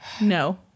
No